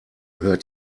hört